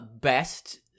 best